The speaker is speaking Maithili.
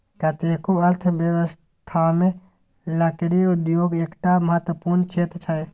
कतेको अर्थव्यवस्थामे लकड़ी उद्योग एकटा महत्वपूर्ण क्षेत्र छै